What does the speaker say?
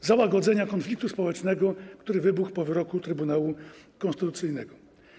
załagodzenia konfliktu społecznego, który wybuchł po wyroku Trybunału Konstytucyjnego.